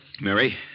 Mary